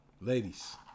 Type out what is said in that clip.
Ladies